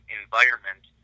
environment